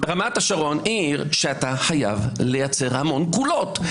רמת השרון היא עיר שאתה חייב לייצר המון הקלות.